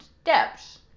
steps